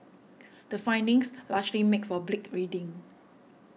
the findings largely make for bleak reading